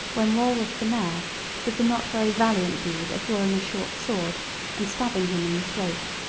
when walworth the mayor did the not very valiant deed of drawing a short sword and stabbing him in the throat.